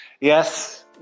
Yes